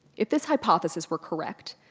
if this hypothesis were correct,